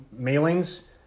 mailings